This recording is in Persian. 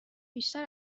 بیشتر